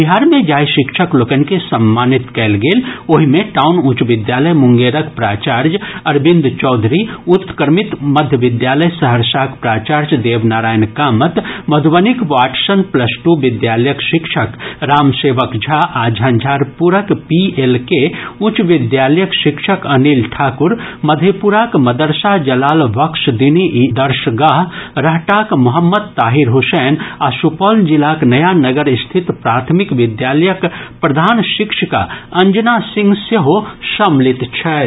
बिहार मे जाहि शिक्षक लोकनि के सम्मानित कयल गेल ओहि मे टाउन उच्च विद्यालय मुंगेरक प्राचार्य अरविंद चौधरी उत्क्रमित मध्य विद्यालय सहरसाक प्राचार्य देव नारायण कामत मध्बनीक वाट्सन प्लस टू विद्यालयक शिक्षक रामसेवक झा आ झंझारपुरक पीएलके उच्च विद्यालयक शिक्षक अनिल ठाकुर मधेपुराक मदरसा जलाल बख्श दीनी दर्शगाह रहटाक मोहम्मद ताहिर हुसैन आ सुपौल जिलाक नया नगर स्थित प्राथमिक विद्यालयक प्रधान शिक्षिका अंजना सिंह सेहो सम्मिलित छथि